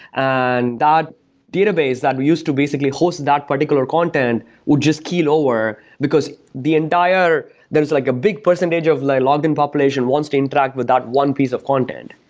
and that database that we use to basically host that particular content would just key lower, because the entire there's like a big percentage of login population once they interact with that one piece of content.